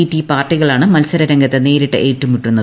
T പാർട്ടികളാണ് മത്സരരംഗത്ത് നേരിട്ട് ഏറ്റുമുട്ടുന്നത്